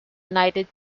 united